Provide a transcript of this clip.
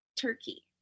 turkey